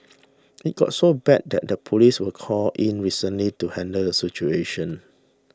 it got so bad that the police were called in recently to handle the situation